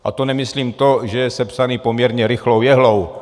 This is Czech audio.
A to nemyslím to, že je sepsaný poměrně rychlou jehlou.